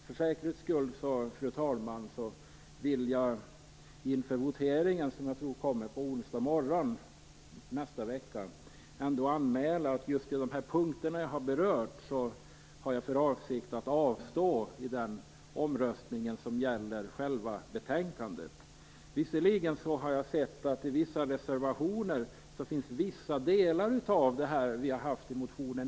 För säkerhets skull vill jag inför voteringen som jag tror sker på onsdag morgon nästan vecka ändå anmäla att jag just på de punkter som jag har berört har för avsikt att avstå i den omröstning som gäller själva betänkandet. Visserligen har jag sett att vissa reservationer innehåller delar av det som vi har med i vår motion.